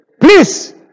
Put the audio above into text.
Please